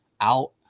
out